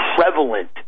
prevalent